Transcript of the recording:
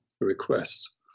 requests